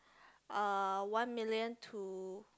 uh one million to